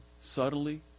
subtly